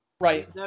Right